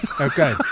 Okay